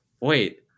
wait